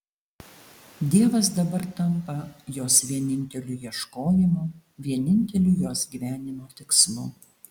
dievas dabar tampa jos vieninteliu ieškojimu vieninteliu jos gyvenimo tikslu